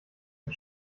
mit